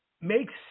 makes